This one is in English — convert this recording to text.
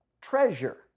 treasure